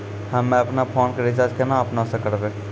हम्मे आपनौ फोन के रीचार्ज केना आपनौ से करवै?